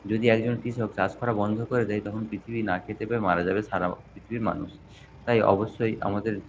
যদি একজন কৃষক চাষ করা বন্ধ করে দেয় তখন পৃথিবী না খেতে পেয়ে মারা যাবে সারা পৃথিবীর মানুষ তাই অবশ্যই আমাদের